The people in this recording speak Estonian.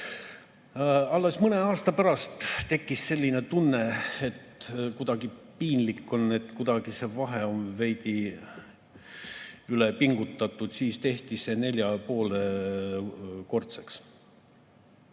Alles mõne aasta pärast tekkis selline tunne, et kuidagi piinlik on, see vahe on veidi ülepingutatud. Siis tehti see 4,5‑kordseks.